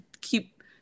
keep